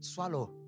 Swallow